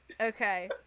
okay